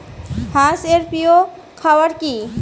হাঁস এর প্রিয় খাবার কি?